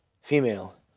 Female